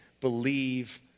believe